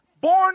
Born